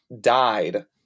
died